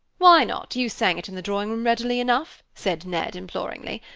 why not? you sang it in the drawing room readily enough said ned, imploringly.